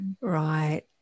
right